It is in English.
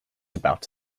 about